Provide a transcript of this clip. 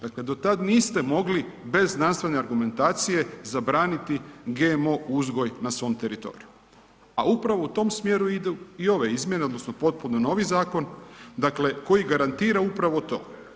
Dakle do tada niste mogli bez znanstvene argumentacije zabraniti GMO uzgoj na svom teritoriju, a upravo u tom smjeru idu i ove izmjene odnosno potpuno novi zakon koji garantira upravo to.